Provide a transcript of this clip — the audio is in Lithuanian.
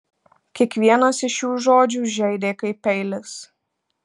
kiekvienas iš šių žodžių žeidė kaip peilis